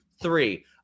three